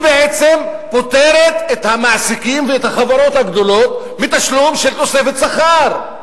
פוטרת את המעסיקים ואת החברות הגדולות מתשלום של תוספת שכר.